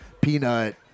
Peanut